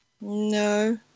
No